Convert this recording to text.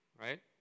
right